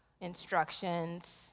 instructions